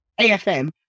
AFM